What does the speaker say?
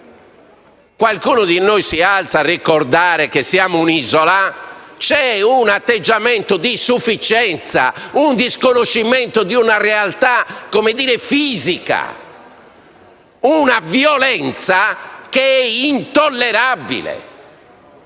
qualcuno di noi si alza a ricordare che siamo un'isola, c'è un atteggiamento di sufficienza e di disconoscimento di una realtà fisica. È una violenza intollerabile.